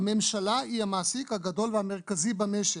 הממשלה היא המעסיק הגדול והמרכזי במשק.